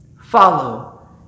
Follow